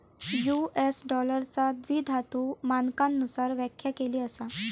US डॉलरचा द्विधातु मानकांनुसार व्याख्या केली असा